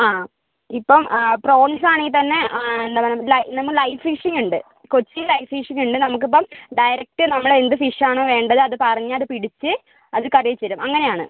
ആ ഇപ്പം ആ പ്രോൺസാണെങ്കിൽ തന്നെ എന്താ പറയുക നമ്മൾ ലൈവ് ഫിഷിങ്ങുണ്ട് കൊച്ചിയിൽ ലൈവ് ഫിഷിങ്ങുണ്ട് നമുക്കിപ്പം ഡയറക്ട് നമ്മളെന്ത് ഫിഷാണോ വേണ്ടത് അത് പറഞ്ഞാൽ അത് പിടിച്ച് അത് കറി വെച്ച് തരും അങ്ങനെയാണ്